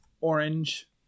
Orange